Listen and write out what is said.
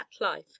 life